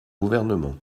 gouvernement